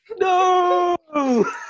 No